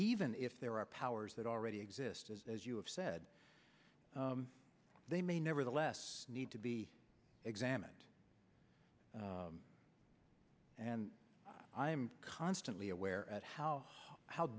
even if there are powers that already exist as you have said they may nevertheless need to be examined and i am constantly aware at how how